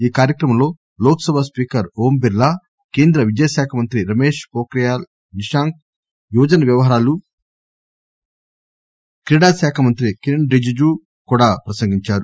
ఈ కార్యక్రమంలో లోక్ సభ స్పీకర్ ఓం బిర్లా కేంద్ర విద్యాశాఖ మంత్రి రమేశ్ పోక్రియాల్ నిశాంక్ యువజన వ్యవహారాలు క్రీడా శాఖ మంత్రి కిరణ్ రిజుజ్లు కూడా ప్రసంగించారు